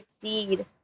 succeed